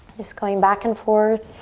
just going back and forth.